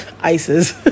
Isis